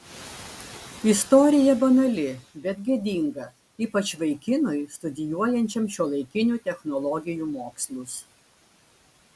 istorija banali bet gėdinga ypač vaikinui studijuojančiam šiuolaikinių technologijų mokslus